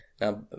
Now